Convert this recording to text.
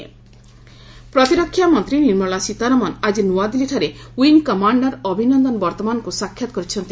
ଅଭିନନ୍ଦନ ପ୍ରତିରକ୍ଷା ମନ୍ତ୍ରୀ ନିର୍ମଳା ସୀତାରମଣ ଆଜି ନୂଆଦିଲ୍ଲୀଠାରେ ଓ୍ୱିଙ୍ଗ କମାଣ୍ଡର ଅଭିନନ୍ଦନ ବର୍ତ୍ତମାନଙ୍କୁ ସାକ୍ଷାତ କରିଛନ୍ତି